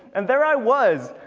and there i was,